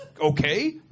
okay